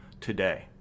today